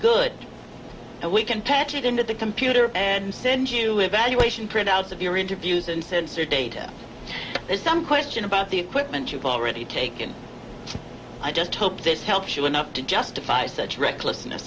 so we can patch it into the computer and send you evaluation printouts of your interviews and sensor data there's some question about the equipment you've already taken i just hope this helps you enough to justify such recklessness